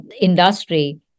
industry